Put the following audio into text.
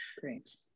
great